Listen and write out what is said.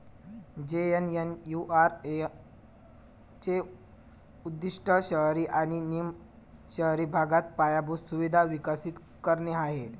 JNNURM चे उद्दीष्ट शहरी आणि निम शहरी भागात पायाभूत सुविधा विकसित करणे आहे